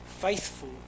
faithful